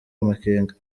amakenga